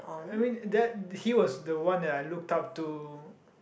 I mean that he was the one that I looked up to